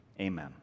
Amen